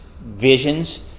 visions